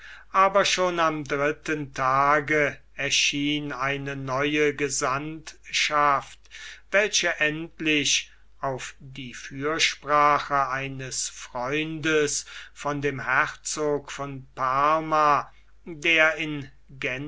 aber schon am dritten tage erschien eine neue gesandtschaft welche endlich auf die fürsprache eines freundes von dem herzog von parma der in